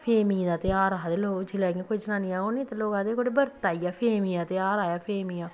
फेमियें दा तेहार आखदे लोक जेल्लै इ'यां किश जनानियां औन निं ते लोक आखदे मड़े बर्त आई गया फेमियां दा तेहार आया फेमियां